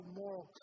moral